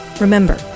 Remember